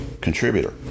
contributor